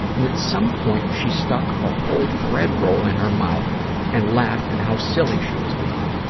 and at some point she stuck a whole bread roll in her mouth and laughed at how silly she was being.